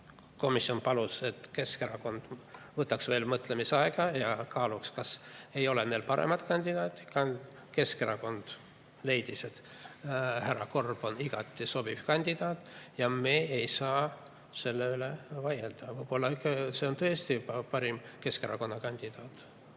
komisjon palus, et Keskerakond võtaks veel mõtlemisaega ja kaaluks, kas neil ei ole paremat kandidaati. Keskerakond leidis, et härra Korb on igati sobiv kandidaat, ja me ei saa selle üle vaielda. Aga võib-olla see on tõesti parim Keskerakonna kandidaat.